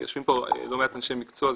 יושבים פה לא מעט אנשי מקצוע,